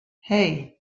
hey